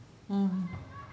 mm